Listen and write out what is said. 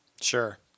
Sure